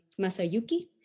Masayuki